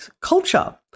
culture